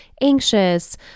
anxious